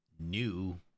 new